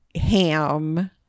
ham